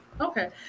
Okay